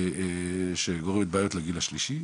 שגורמת בעיות לגיל השלישי?